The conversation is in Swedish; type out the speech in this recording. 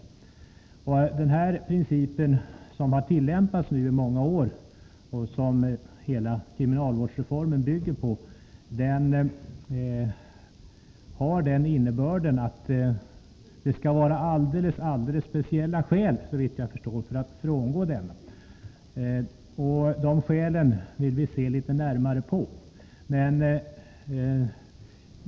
Den aktuella principen, som nu har tillämpats i många år och som hela kriminalvårdsreformen bygger på, innebär att det såvitt jag förstår skall finnas mycket speciella skäl för att frångå den. Och de skälen vill vi se litet närmare på.